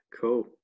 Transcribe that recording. Cool